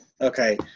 Okay